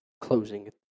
closing